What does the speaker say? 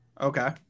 Okay